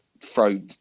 throw